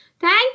Thank